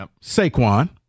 Saquon